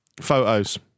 Photos